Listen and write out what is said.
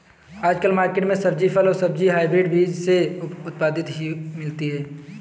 आजकल मार्केट में सभी फल और सब्जी हायब्रिड बीज से उत्पादित ही मिलती है